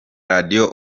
radio